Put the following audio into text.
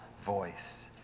voice